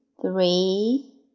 three